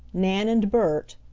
nan and bert,